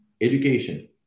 education